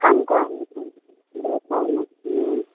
কাম কৰা দৰকাৰ নাই